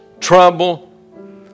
trouble